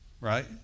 right